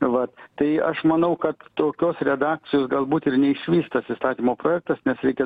vat tai aš manau kad tokios redakcijos galbūt ir neišvys tas įstatymo projektas nes reikia